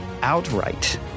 Outright